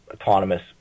autonomous